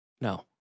No